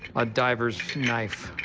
a diver's knife?